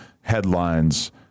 headlines